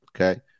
Okay